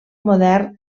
modern